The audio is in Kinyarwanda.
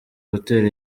gutera